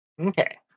Okay